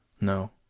No